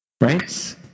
Right